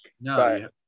No